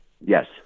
Yes